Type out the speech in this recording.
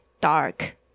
dark